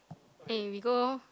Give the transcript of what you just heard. eh we go